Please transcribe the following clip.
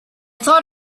thought